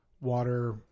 water